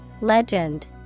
Legend